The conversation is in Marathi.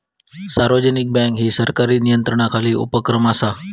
सार्वजनिक बँक ही सरकारी नियंत्रणाखालील उपक्रम असा